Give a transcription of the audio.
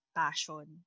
passion